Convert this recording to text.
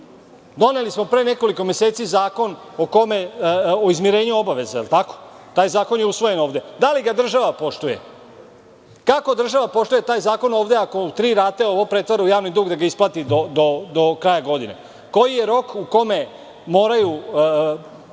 meseci smo doneli zakon o izmirenju obaveza. Taj zakon je usvojen ovde. Da li ga država poštuje? Kako država poštuje taj zakon ovde ako u tri rate ovo pretvara u javni dug, da ga isplati do kraja godine? Koji je rok u kome moraju